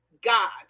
God